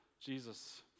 Jesus